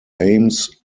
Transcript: aims